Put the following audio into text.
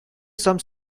some